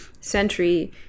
Century